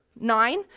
nine